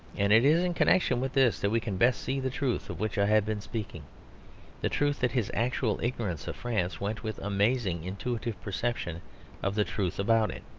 and it is in connection with this that we can best see the truth of which i have been speaking the truth that his actual ignorance of france went with amazing intuitive perception of the truth about it.